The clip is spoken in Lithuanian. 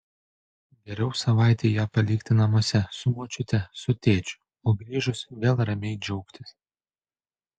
geriau savaitei ją palikti namuose su močiute su tėčiu o grįžus vėl ramiai džiaugtis